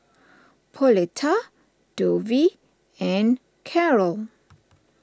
Pauletta Dovie and Karol